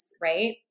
right